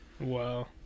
Wow